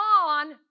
on